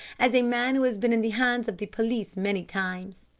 as a man who has been in the hands of the police many times.